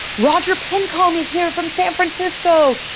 roger pincombe is here from san francisco.